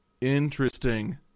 Interesting